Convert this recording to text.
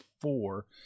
four